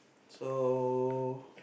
so